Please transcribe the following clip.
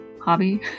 hobby